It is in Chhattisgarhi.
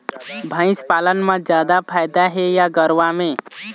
भंइस पालन म जादा फायदा हे या गरवा में?